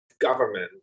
government